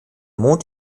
mond